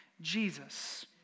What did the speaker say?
Jesus